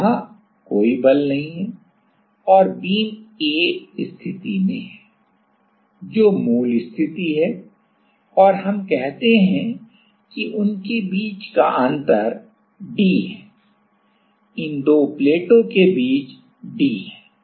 तो वहां कोई बल नहीं है और बीम A स्थिति में है जो मूल स्थिति है और हम कहते हैं कि उनके बीच का अंतर d है इन दो प्लेटों के बीच d है